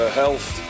health